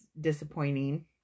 disappointing